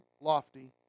lofty